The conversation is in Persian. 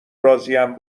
راضیم